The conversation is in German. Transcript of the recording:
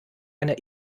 einer